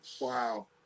Wow